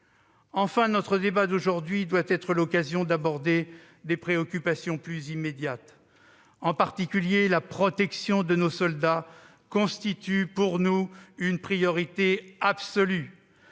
Enfin, notre débat d'aujourd'hui doit être l'occasion d'aborder des préoccupations plus immédiates. La protection de nos soldats constitue pour nous une priorité absolue.